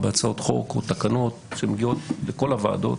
בהצעות חוק או תקנות שמגיעות לכל הוועדות.